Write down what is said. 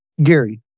Gary